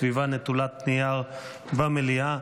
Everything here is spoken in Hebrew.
סביבה נטולת נייר במליאה.